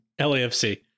LAFC